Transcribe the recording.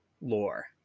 lore